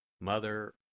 Mother